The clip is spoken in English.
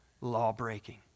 law-breaking